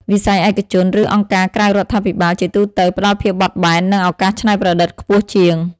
វិស័យឯកជន ឬអង្គការក្រៅរដ្ឋាភិបាលជាទូទៅផ្តល់ភាពបត់បែន និងឱកាសច្នៃប្រឌិតខ្ពស់ជាង។